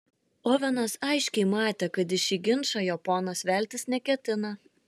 ovenas aiškiai matė kad į šį ginčą jo ponas veltis neketina